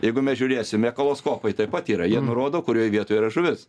jeigu mes žiūrėsim ekoloskopai taip pat yra jie nurodo kurioj vietoj yra žuvis